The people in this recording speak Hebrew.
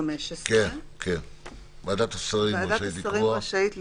ועדת השרים רשאית לקבוע,